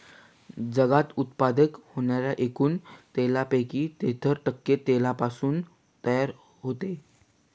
जगात उत्पादित होणाऱ्या एकूण तेलापैकी तेहतीस टक्के तेल पामपासून तयार होते